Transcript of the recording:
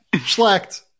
Schlecht